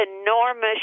enormous